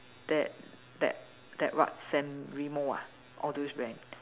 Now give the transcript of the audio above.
that that that what San Remo ah all those brand